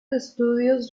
estudios